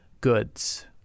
goods